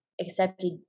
accepted